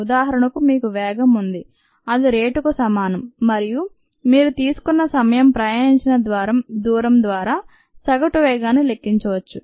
ఉదాహరణకు మీకు వేగం ఉంది ఇది రేటుకు సమానం మరియు మీరు తీసుకున్న సమయం ప్రయాణించిన దూరం ద్వారా సగటు వేగాన్ని లెక్కించవచ్చు